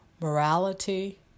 morality